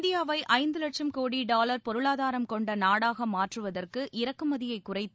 இந்தியாவை ஐந்து வட்சும் கோடி டாவர் பொருளாதாரம் கொண்ட நாடாக மாற்றுவதற்கு இறக்குமதியைக் குறைத்து